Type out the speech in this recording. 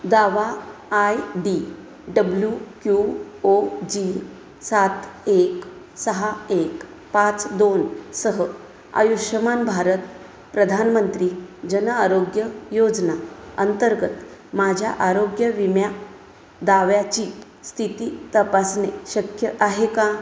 दावा I D W Q O G सात एक सहा एक पाच दोनसह आयुष्मान भारत प्रधानमंत्री जन आरोग्य योजना अंतर्गत माझ्या आरोग्य विमा दाव्याची स्थिती तपासणे शक्य आहे का